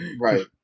Right